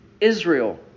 Israel